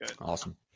Awesome